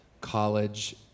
college